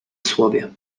słowie